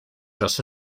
dros